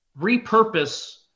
repurpose